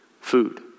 food